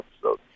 episode